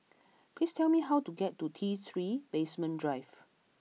please tell me how to get to T Three Basement Drive